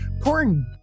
pouring